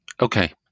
Okay